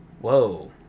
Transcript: Whoa